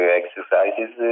exercises